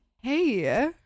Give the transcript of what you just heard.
Hey